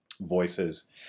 voices